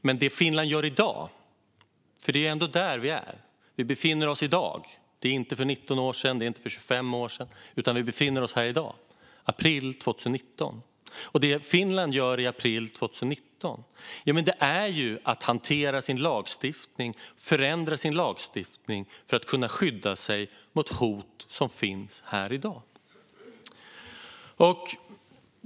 Men i dag är i dag - det är inte för 19 eller 25 år sedan, utan vi befinner oss i april 2019 - och det Finland gör i april 2019 är att hantera sin lagstiftning och förändra den för att kunna skydda sig mot hot som finns i dag.